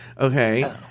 Okay